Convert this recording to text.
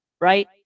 Right